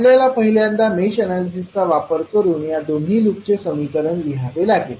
आपल्याला पहिल्यांदा मेश एनालिसिसचा वापर करून या दोन्ही लूपचे समीकरण लिहावे लागेल